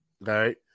right